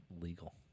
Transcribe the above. legal